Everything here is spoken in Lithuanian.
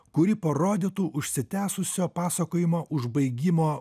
kuri parodytų užsitęsusio pasakojimo užbaigimo